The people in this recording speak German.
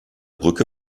brücke